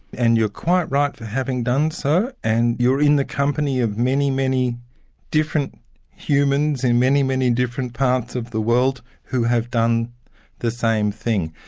and you're quite right in having done so, and you're in the company of many, many different humans in many, many different parts of the world who have done the same thing.